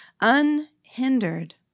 unhindered